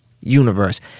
universe